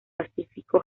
pacífico